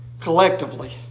collectively